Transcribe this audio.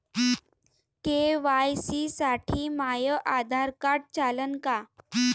KYC साठी माह्य Aadhaar card चालन का?